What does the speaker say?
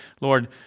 Lord